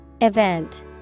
Event